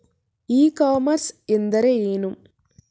E commerce ಎಂದರೆ ಏನು?